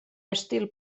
estil